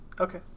Okay